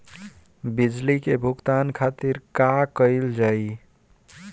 बिजली के भुगतान खातिर का कइल जाइ?